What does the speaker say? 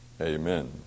amen